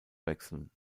wechseln